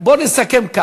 יש לי את,